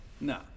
no